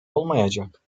olmayacak